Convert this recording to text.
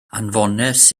anfonais